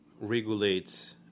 regulates